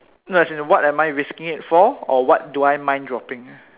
no as in what am I risking it for or what do I mind dropping